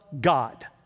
God